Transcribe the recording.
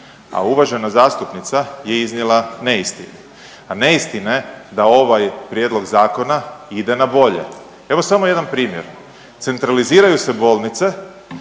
A uvažena zastupnica je iznijela neistinu, a neistina je da ovaj prijedlog zakona ide na bolje. Evo samo jedan primjer. Centraliziraju se bolnice,